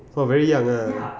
oh very young ah